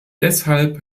deshalb